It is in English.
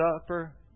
Supper